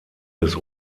des